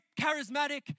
charismatic